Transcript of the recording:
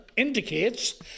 indicates